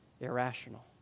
irrational